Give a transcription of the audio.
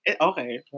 Okay